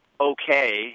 okay